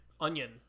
onion